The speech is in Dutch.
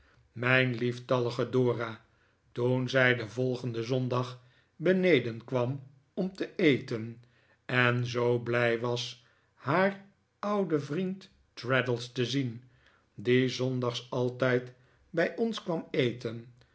mijn lieftallige dora toen zij den volgenden zondag beneden kwam om te eten en zoo blij was haar ouden vriend traddles te zien die zondags altijd bij ons kwam eten